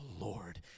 Lord